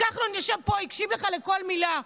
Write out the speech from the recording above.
כחלון ישב פה והקשיב לך לכל מילה.